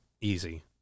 easy